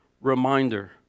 reminder